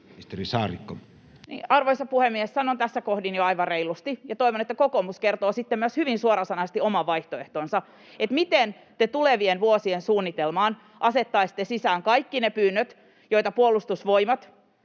Arvoisa puhemies! Sanon tässä kohdin jo aivan reilusti, ja toivon, että kokoomus kertoo sitten myös hyvin suorasanaisesti oman vaihtoehtonsa, [Ben Zyskowicz: Totta kai!] miten te tulevien vuosien suunnitelmaan asettaisitte sisään kaikki ne pyynnöt, joita Puolustusvoimat